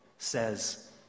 Says